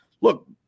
look